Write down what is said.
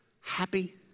happy